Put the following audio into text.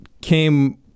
came